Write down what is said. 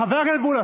חבר הכנסת מולא,